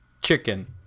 Chicken